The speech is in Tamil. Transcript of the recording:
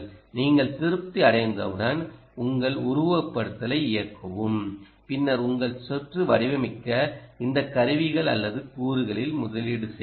நீங்கள் திருப்தி அடைந்தவுடன் உங்கள் உருவகப்படுத்துதலை இயக்கவும் பின்னர் உங்கள் சுற்றை வடிவமைக்க இந்த கருவிகள் அல்லது கூறுகளில் முதலீடு செய்யுங்கள்